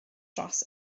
dros